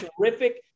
terrific